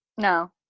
No